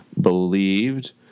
believed